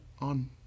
on